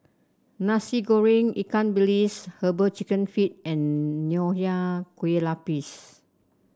Nasi Goreng Ikan Bilis herbal chicken feet and Nonya Kueh Lapis